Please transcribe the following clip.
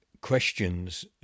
questions